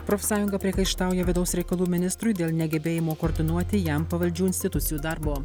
profsąjunga priekaištauja vidaus reikalų ministrui dėl negebėjimo koordinuoti jam pavaldžių institucijų darbo